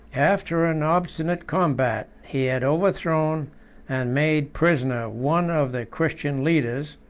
after an obstinate combat, he had overthrown and made prisoner one of the christian leaders,